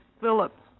Phillips